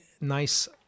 nice